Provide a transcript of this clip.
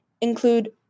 include